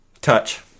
touch